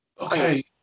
Okay